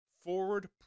Forward